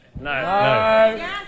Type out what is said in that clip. No